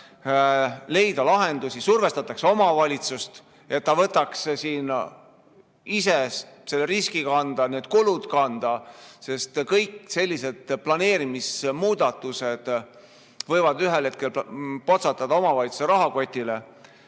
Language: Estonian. leida lahendusi, survestatakse omavalitsust, et ta võtaks ise selle riski kanda ja kulud kanda, sest kõik sellised planeerimismuudatused võivad ühel hetkel potsatada omavalitsuse rahakotile.